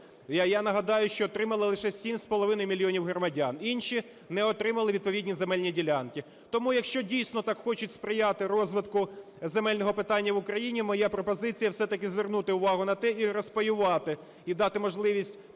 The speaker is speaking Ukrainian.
Я нагадаю, що отримали лише 7,5 мільйонів громадян. Інші не отримали відповідні земельні ділянки. Тому, якщо, дійсно, так хочу сприяти розвитку земельного питання в Україні, моя пропозиція все-таки звернути увагу на те і розпаювати, і дати можливість